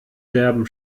derben